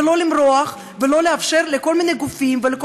ולא למרוח ולא לאפשר לכל מיני גופים ולכל